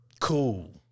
cool